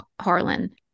Harlan